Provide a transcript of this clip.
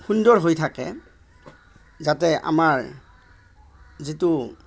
সুন্দৰ হৈ থাকে যাতে আমাৰ যিটো